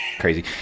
crazy